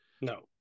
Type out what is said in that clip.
no